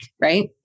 right